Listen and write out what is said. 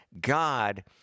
God